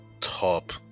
top